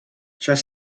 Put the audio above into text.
čas